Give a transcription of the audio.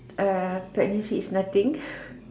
err pregnancy is nothing